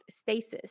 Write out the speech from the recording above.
stasis